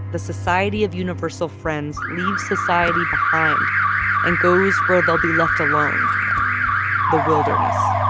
the society of universal friends leave society behind and goes where they'll be left alone the wilderness